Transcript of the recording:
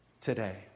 Today